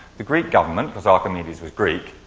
the greek government, cause archimedes was greek,